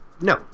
No